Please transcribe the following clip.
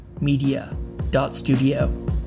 media.studio